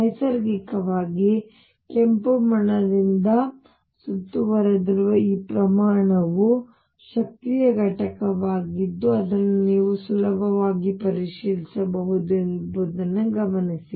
ನೈಸರ್ಗಿಕವಾಗಿ ನಾನು ಕೆಂಪು ಬಣ್ಣದಿಂದ ಸುತ್ತುವರೆದಿರುವ ಈ ಪ್ರಮಾಣವು ಶಕ್ತಿಯ ಘಟಕವಾಗಿದ್ದು ಅದನ್ನು ನೀವು ಸುಲಭವಾಗಿ ಪರಿಶೀಲಿಸಬಹುದು ಎಂಬುದನ್ನು ಗಮನಿಸಿ